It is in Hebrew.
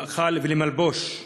למאכל ולמלבוש.